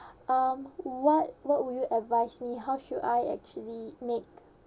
um what what would you advise me how should I actually make